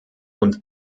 und